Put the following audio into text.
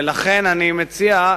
ולכן אני מציע,